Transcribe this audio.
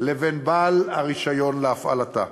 לבין בעל הרישיון להפעלתה.